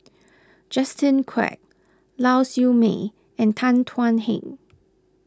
Justin Quek Lau Siew Mei and Tan Thuan Heng